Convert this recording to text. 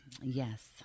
Yes